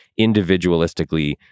individualistically